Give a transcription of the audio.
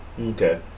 Okay